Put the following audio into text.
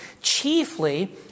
chiefly